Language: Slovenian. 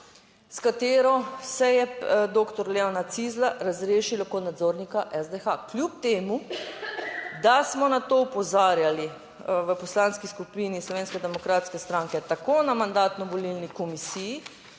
s katero se je doktor Leona Cizlja razrešilo kot nadzornika SDH kljub temu, da smo na to opozarjali v Poslanski skupini Slovenske demokratske stranke tako na Mandatno-volilni komisiji